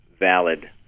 valid